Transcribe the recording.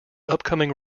upcoming